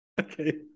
okay